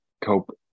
cope